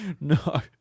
no